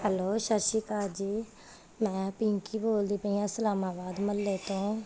hello ਸਤਿ ਸ਼੍ਰੀ ਅਕਾਲ ਜੀ ਮੈਂ ਪਿੰਕੀ ਬੋਲਦੀ ਪਈ ਹਾਂ ਸਲਾਮਾਬਾਦ ਮੁਹੱਲੇ ਤੋਂ